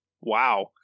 Wow